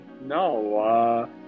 no